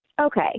Okay